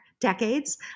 decades